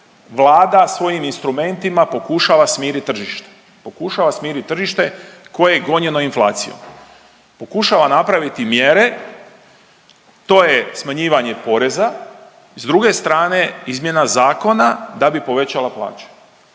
Vlada svojim instrumentima pokušava smiriti tržište. Pokušava smiriti tržište koje je gonjeno inflacijom. Pokušava napraviti mjere, to je smanjivanje poreza, s druge strane, izmjena zakona da bi povećala plaće.